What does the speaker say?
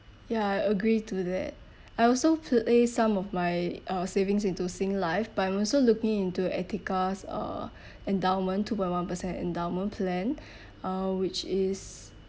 ya I agree to that I also place some of my uh savings into singlife but I'm also looking into etiqa's uh endowment two point one percent endowment plan uh which is